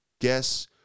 Guess